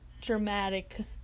dramatic